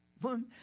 One